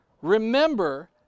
Remember